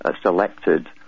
selected